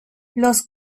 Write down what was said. los